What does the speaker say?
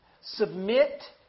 Submit